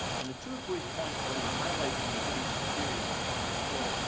and the two brief points that i wanna highlight from the british experience are, first of all,